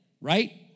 right